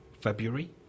February